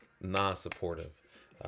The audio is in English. non-supportive